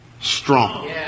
strong